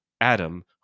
Adam